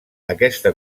aquesta